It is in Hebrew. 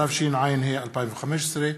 התשע"ה 2015,